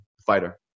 fighter